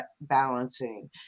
balancing